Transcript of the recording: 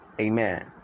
Amen